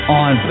on